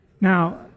Now